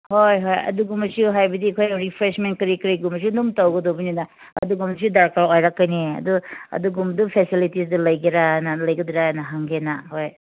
ꯍꯣꯏ ꯍꯣꯏ ꯑꯗꯨꯒꯨꯝꯕꯁꯨ ꯍꯥꯏꯕꯗꯤ ꯑꯩꯈꯣꯏ ꯔꯤꯐ꯭ꯔꯦꯁꯃꯦꯟ ꯀꯔꯤ ꯀꯔꯤꯒꯨꯝꯕꯁꯨ ꯑꯗꯨꯝ ꯇꯧꯒꯗꯧꯕꯅꯤꯅ ꯑꯗꯨꯒꯨꯝꯕꯁꯨ ꯗꯔꯀꯥꯔ ꯑꯣꯏꯔꯛꯀꯅꯤ ꯑꯗꯨ ꯑꯗꯨꯒꯨꯝꯕꯗꯨ ꯐꯦꯁꯤꯂꯤꯇꯤꯁꯗꯨ ꯂꯩꯒꯦꯔꯥꯥꯅ ꯂꯩꯒꯗ꯭ꯔꯥꯅ ꯍꯪꯒꯦꯅ ꯍꯣꯏ